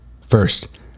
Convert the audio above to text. First